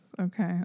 okay